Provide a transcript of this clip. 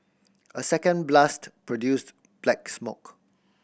a second blast produced black smoke